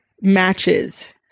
matches